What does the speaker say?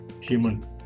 human